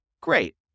Great